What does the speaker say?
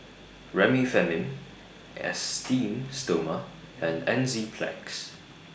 Remifemin Esteem Stoma and Enzyplex